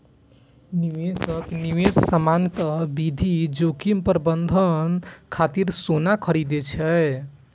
निवेशक सामान्यतः विविध जोखिम प्रबंधन खातिर सोना खरीदै छै